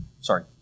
Sorry